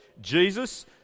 Jesus